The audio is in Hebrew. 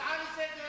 הצעה לסדר.